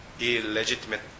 illegitimate